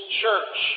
church